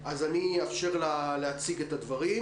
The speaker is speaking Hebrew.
אז אני אאפשר לה להציג את הדברים,